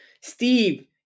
Steve